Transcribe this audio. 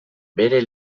bere